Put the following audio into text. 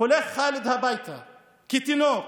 הולך חאלד הביתה כתינוק.